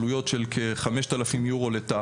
עלויות של כ-5,000 יורו לתא.